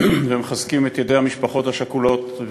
ומחזקים את ידי המשפחות השכולות,